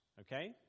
okay